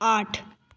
आठ